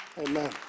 Amen